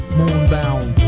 moonbound